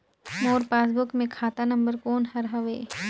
मोर passbook मे खाता नम्बर कोन हर हवे?